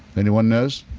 anyone knows?